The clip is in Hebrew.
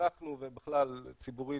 אנחנו ובכלל ציבורית,